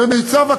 ומיצ"ב,